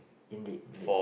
indeed indeed